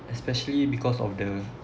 especially because of the